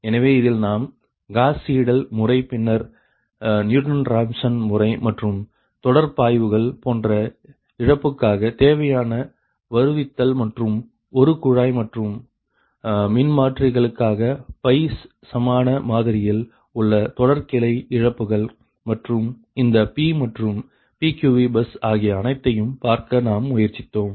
எனவே இதில் நாம் காஸ் சேடெல் முறை பின்னர் நியூட்டன் ராப்சன் முறை மற்றும் தொடர் பாய்வுகள் போன்ற இழப்புக்காக தேவையான வருவித்தல் மற்றும் ஒரு குழாய் மாற்றும் மின்மாற்றிகளுக்காக பை சமான மாதிரியில் உள்ள தொடர் கிளை இழப்புகள் மற்றும் இந்த Pமற்றும் PQVபஸ் ஆகிய அனைத்தையும் பார்க்க நாம் முயற்சித்தோம்